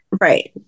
Right